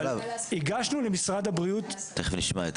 אבל הגשנו למשרד הבריאות --- במועצה להשכלה גבוהה כן.